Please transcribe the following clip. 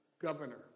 governor